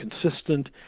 consistent